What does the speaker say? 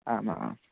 आम् आम्